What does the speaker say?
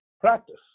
practice